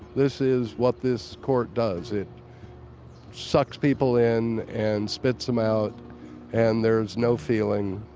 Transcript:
this is what this court does. it sucks people in and spits them out and there's no feeling.